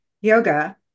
yoga